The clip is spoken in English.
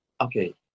Okay